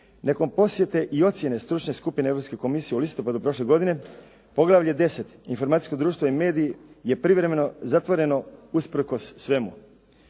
nakon posjete i ocjene stručne skupine Europske komisije u listopadu prošle godine poglavlje 10. – Informacijsko društvo i mediji je privremeno zatvoreno usprkos svemu.